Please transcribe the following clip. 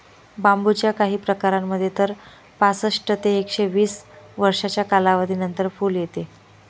बांबूच्या काही प्रकारांमध्ये तर पासष्ट ते एकशे वीस वर्षांच्या कालावधीनंतर फुल येते